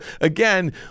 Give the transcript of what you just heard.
again